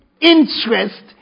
interest